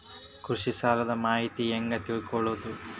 ಕೃಷಿ ಸಾಲದ ಮಾಹಿತಿ ಹೆಂಗ್ ತಿಳ್ಕೊಳ್ಳೋದು?